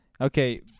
Okay